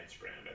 brand